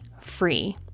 free